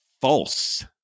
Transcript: false